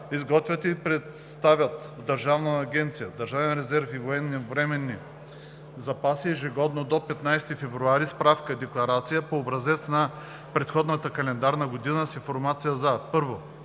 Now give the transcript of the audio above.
изготвят и представят в Държавна агенция „Държавен резерв и военновременни запаси“ ежегодно до 15 февруари справка-декларация по образец за предходната календарна година с информация за: 1.